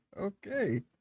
Okay